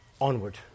onward